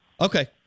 Okay